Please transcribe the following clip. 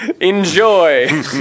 Enjoy